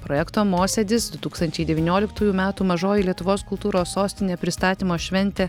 projekto mosėdis du tūkstančiai devynioliktųjų metų mažoji lietuvos kultūros sostinė pristatymo šventė